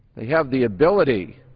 they have the ability